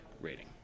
rating